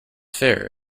fair